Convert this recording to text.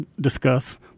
discuss